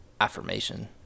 affirmation